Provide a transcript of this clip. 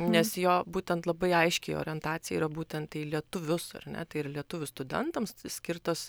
nes jo būtent labai aiški orientacija yra būtent į lietuvius ar ne tai yra lietuvių studentams skirtas